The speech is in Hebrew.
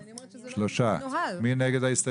3. מי נגד?